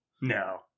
no